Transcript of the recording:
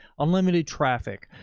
unlimited traffic,